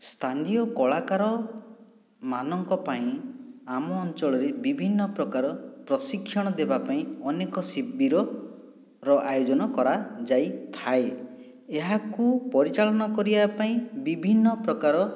ସ୍ଥାନୀୟ କଳାକାରମାନଙ୍କ ପାଇଁ ଆମ ଅଞ୍ଚଳରେ ବିଭିନ୍ନ ପ୍ରକାର ପ୍ରଶିକ୍ଷଣ ଦେବା ପାଇଁ ଅନେକ ଶିବିରର ଆୟୋଜନ କରାଯାଇଥାଏ ଏହାକୁ ପରିଚାଳନ କରିବା ପାଇଁ ବିଭିନ୍ନ ପ୍ରକାର